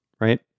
right